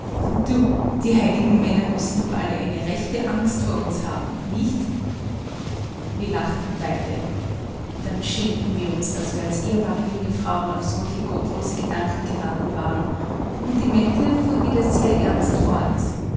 du die heiligen männer müssen doch alle eine rechte angst vor uns haben nicht wir lachten beide dann schämten wir uns daß wir als ehrbare junge frauen auf solche gottlose gedanken geraten waren und die mette fuhr wieder sehr ernst fort